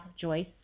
Joyce